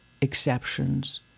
exceptions